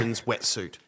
wetsuit